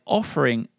offering